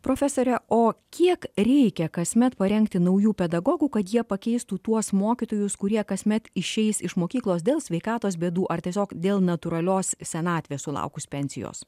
profesore o kiek reikia kasmet parengti naujų pedagogų kad jie pakeistų tuos mokytojus kurie kasmet išeis iš mokyklos dėl sveikatos bėdų ar tiesiog dėl natūralios senatvės sulaukus pensijos